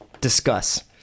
Discuss